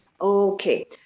Okay